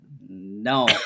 no